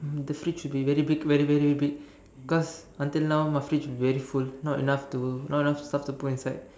the fridge should be very big very very big because until now my fridge is very full not enough not enough stuff to put inside